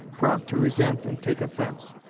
prompt to resent and take offence,